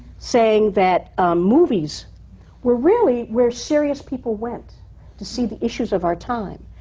saying that movies were really where serious people went to see the issues of our time.